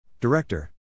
Director